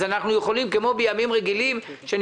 אז אנחנו יכולים כמו בימים רגילים שאני